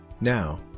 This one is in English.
now